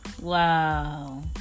Wow